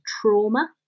trauma